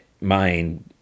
mind